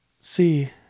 See